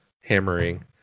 hammering